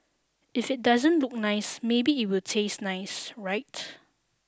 if it doesn't look nice maybe it will taste nice right